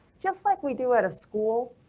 just like we do at a school?